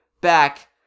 back